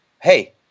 Hey